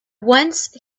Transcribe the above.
once